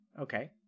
Okay